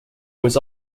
was